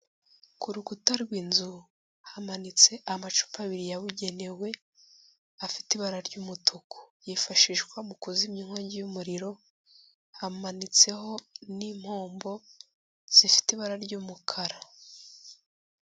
Ku rukuta rw'inzu, hamanitse amacupa abiri yabugenewe afite ibara ry'umutuku. Yifashishwa mu kuzimya inkongi y'umuriro, hamanitseho n'impombo zifite ibara ry'umukara.